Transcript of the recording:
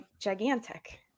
gigantic